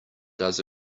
does